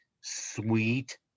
sweet